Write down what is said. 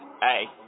Hey